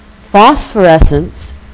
phosphorescence